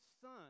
son